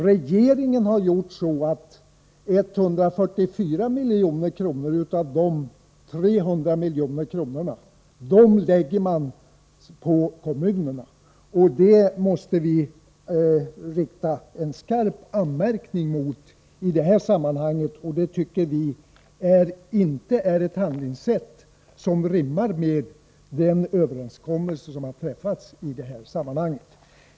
Regeringen lägger 144 miljoner av de 300 miljonerna på kommunerna. Det måste vi rikta en skarp anmärkning mot — vi tycker inte det är ett handlingssätt som rimmar med den överenskommelse som träffats. Herr talman!